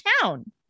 town